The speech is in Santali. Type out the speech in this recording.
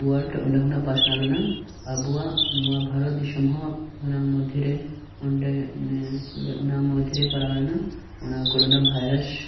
ᱳᱣᱟᱨᱞᱰ ᱚᱸᱰᱮ ᱠᱷᱚᱱᱟᱜ ᱯᱟᱲᱱᱟᱣ ᱞᱮᱱᱟ ᱟᱵᱚᱣᱟᱜ ᱱᱚᱣᱟ ᱵᱷᱟᱨᱚᱛ ᱫᱤᱥᱚᱢ ᱦᱚᱸ ᱚᱱᱟ ᱢᱚᱫᱽᱫᱷᱮ ᱨᱮ ᱚᱸᱰᱮ ᱢᱟᱱᱮ ᱪᱮᱫ ᱠᱚ ᱞᱟᱹᱭᱟ ᱚᱱᱟ ᱢᱚᱽᱫᱷᱮ ᱨᱮ ᱯᱟᱲᱟᱣ ᱞᱮᱱᱟ ᱚᱱᱟ ᱠᱳᱨᱳᱱᱟ ᱵᱷᱟᱭᱨᱟᱥ